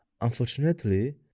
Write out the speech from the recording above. Unfortunately